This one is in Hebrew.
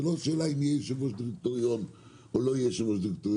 השאלה היא לא אם יהיה יו"ר דירקטוריון או לא יהיה יו"ר דירקטוריון,